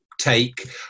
take